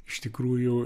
iš tikrųjų